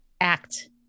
act